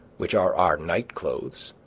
which are our night-clothes,